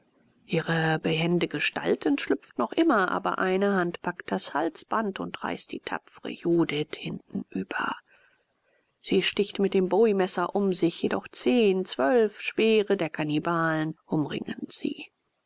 ihre behende gestalt entschlüpft noch einmal aber eine hand packt das halsband und reißt die tapfre judith hintenüber sie sticht mit dem bowiemesser um sich jedoch zehn zwölf speere der kannibalen umringen sie